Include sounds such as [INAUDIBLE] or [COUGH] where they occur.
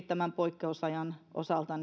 [UNINTELLIGIBLE] tämän poikkeusajan osalta [UNINTELLIGIBLE]